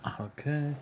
Okay